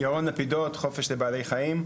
ירון לפידות, חופש לבעלי חיים.